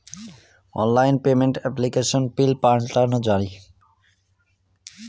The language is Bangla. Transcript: অনলাইন পেমেন্ট এপ্লিকেশনে পিন পাল্টানো যায়